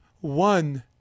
One